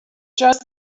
just